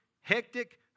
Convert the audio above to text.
hectic